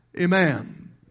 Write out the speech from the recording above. Amen